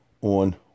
on